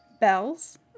bells